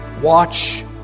watch